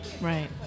Right